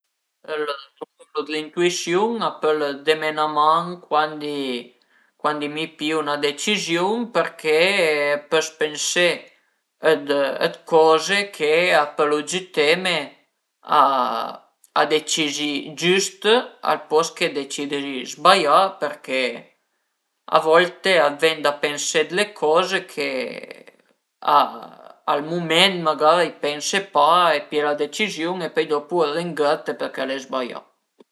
L'intüisiun a pöl deme 'na man cuandi cuandi mi pìu 'na deciziun perché pös pensé d'coze che a pölu giüteme a decidi giüst al post che decidi sbaià perché a volte a t'ven da pensé dë coze che al mument magara i pense pa e pìe la deciziun e pöi dopu ringrëtte perché al e sbaià